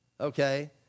okay